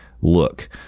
look